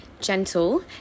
gentle